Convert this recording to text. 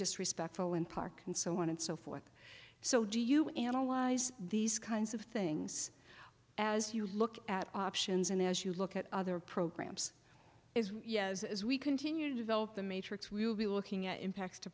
disrespectful in park and so on and so forth so do you analyze these kinds of things as you look at options and as you look at other programs is yes as we continue to develop the matrix we will be looking at impacts t